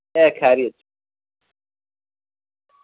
ए खैरियत